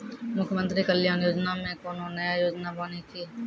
मुख्यमंत्री कल्याण योजना मे कोनो नया योजना बानी की?